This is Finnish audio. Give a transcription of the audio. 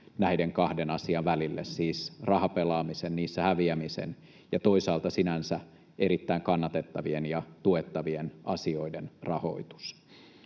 näiden kahden asian välille, siis rahapelaamisen ja niissä häviämisen ja toisaalta sinänsä erittäin kannatettavien ja tuettavien asioiden rahoituksen.